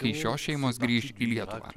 kai šios šeimos grįš į lietuvą